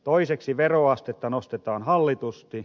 toiseksi veroastetta nostetaan hallitusti